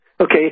Okay